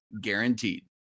guaranteed